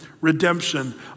redemption